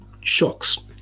shocks